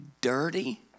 Dirty